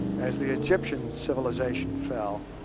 as the egyptian civilization fell,